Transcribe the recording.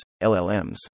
LLMs